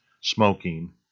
smoking